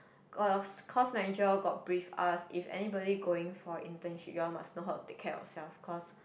course course manager got brief us if anybody going for internship you all must know how to take care of yourself cause